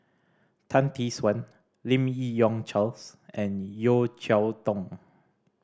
Tan Tee Suan Lim Yi Yong Charles and Yeo Cheow Tong